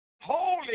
holy